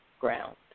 ground